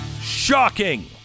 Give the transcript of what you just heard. shocking